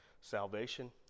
salvation